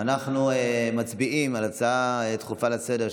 אנחנו מצביעים על הצעה דחופה לסדר-היום,